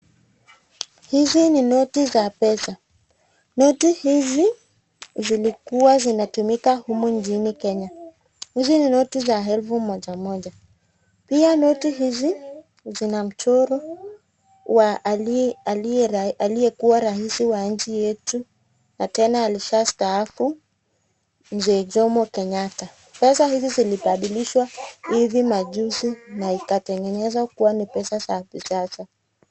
Hizi ni noti za pesa. Noti hizi zilikuwa zinatumika humu nchini Kenya. Hizi ni noti za elfu moja moja. Pia noti hizi zina mchoro wa aliyekuwa raisi wa nchi yetu na tena alisha staafu Mzee Jomo Kenyatta. Pesa hizi zilibadilishwa hivi majuzi na ikatengenezwa kuwa ni pesa za kisasa.